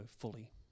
fully